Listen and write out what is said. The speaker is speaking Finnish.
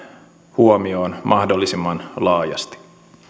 huomioon mahdollisimman laajasti